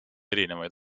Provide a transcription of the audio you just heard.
erinevaid